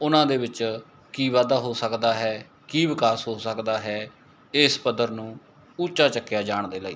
ਉਹਨਾਂ ਦੇ ਵਿੱਚ ਕੀ ਵਾਧਾ ਹੋ ਸਕਦਾ ਹੈ ਕੀ ਵਿਕਾਸ ਹੋ ਸਕਦਾ ਹੈ ਇਸ ਪੱਧਰ ਨੂੰ ਉੱਚਾ ਚੁੱਕਿਆ ਜਾਣ ਦੇ ਲਈ